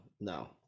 no